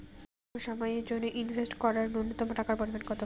স্বল্প সময়ের জন্য ইনভেস্ট করার নূন্যতম টাকার পরিমাণ কত?